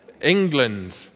England